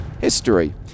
History